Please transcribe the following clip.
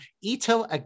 Ito